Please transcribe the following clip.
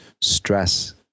stress